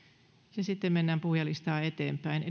sitten mennään puhujalistaa eteenpäin